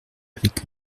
avec